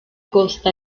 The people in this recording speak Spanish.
costa